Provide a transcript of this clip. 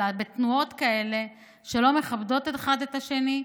אלא בתנועות כאלה שלא מכבדות אחד את השני,